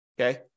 okay